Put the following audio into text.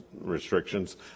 restrictions